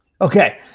Okay